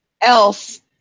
else